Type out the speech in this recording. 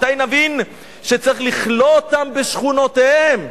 מתי נבין שצריך לכלוא אותם בשכונותיהם?"